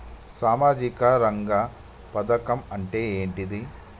సామాజిక రంగ పథకం అంటే ఏంటిది?